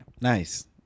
Nice